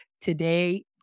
today